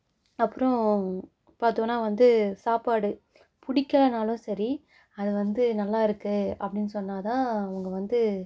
அப்புறம் பார்த்தோம்னா வந்து சாப்பாடு பிடிக்கலனாலும் சரி அது வந்து நல்லாயிருக்கு அப்படின்னு சொன்னால்தான் அவங்க வந்து